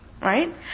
right